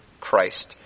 Christ